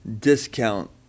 discount